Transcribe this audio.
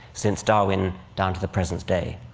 since darwin down to the present day.